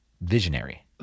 visionary